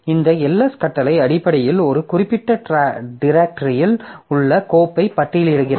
இந்த ls கட்டளை அடிப்படையில் ஒரு குறிப்பிட்ட டிரேக்டரியில் உள்ள கோப்பை பட்டியலிடுகிறது